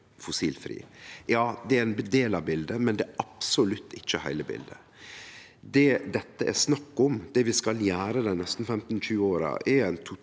fossilfri. Ja, det er ein del av bildet, men det er absolutt ikkje heile bildet. Det dette er snakk om, det vi skal gjere dei neste 15–20 åra, er ei